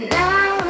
now